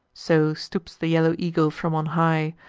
so stoops the yellow eagle from on high,